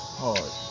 hard